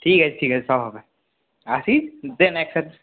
ঠিক আছে ঠিক আছে সব হবে আসি দেন একসাথে